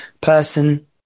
person